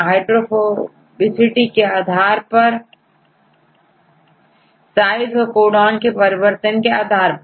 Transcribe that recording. hydrophobicity के आधार पर साइज और कोडान के परिवर्तन के आधार पर